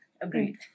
Agreed